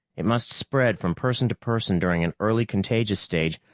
it must spread from person to person during an early contagious stage,